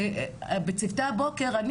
בצוותי הבוקר,